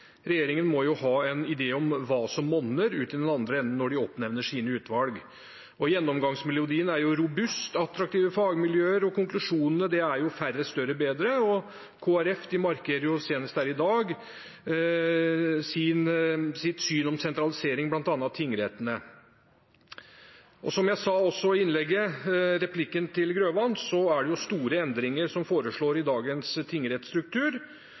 Regjeringen må jo ha en idé om hva som monner i den andre enden, når de oppnevner sine utvalg. Gjennomgangsmelodien er «robust», «attraktive fagmiljøer», og konklusjonene er «færre, større, bedre». Kristelig Folkeparti markerer – senest her i dag – sitt syn på sentralisering, bl.a. av tingrettene. Som jeg også sa i replikken til representanten Grøvan, foreslås det store endringer i dagens